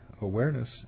awareness